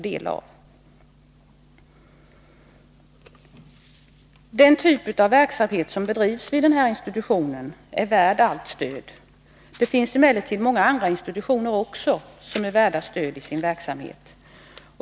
Den typ av verksamhet som bedrivs vid denna institution är värd all stöd. Det finns emellertid många andra institutioner som också är värda stöd i sitt arbete.